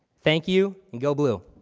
thank you, and go blue.